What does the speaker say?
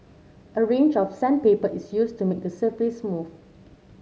a range of sandpaper is used to make the surface smooth